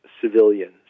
civilians